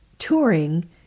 touring